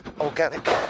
organic